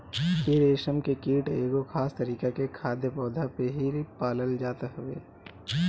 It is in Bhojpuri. इ रेशम के कीट एगो खास तरीका के खाद्य पौधा पे ही पालल जात हवे